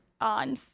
on